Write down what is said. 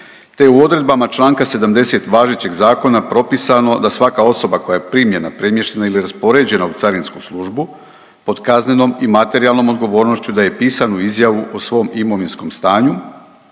te u odredbama čl. 70. važećeg zakona propisano da svaka osoba koja je primljena, premještena ili raspoređena u Carinsku službu pod kaznenom i materijalnom odgovornošću da je pisanu izjavu o svom imovinskom stanju,